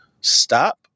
stop